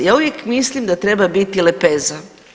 Ja uvijek mislim da treba biti lepeza.